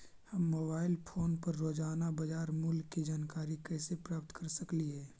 हम mobile phone पर रोजाना बाजार मूल्य के जानकारी कैसे प्राप्त कर सकली हे?